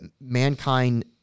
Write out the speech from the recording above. mankind